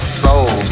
soul